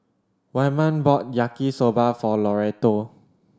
Wyman bought Yaki Soba for Loretto